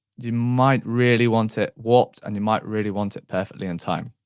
you might really want it warped and you might really want it perfectly in time.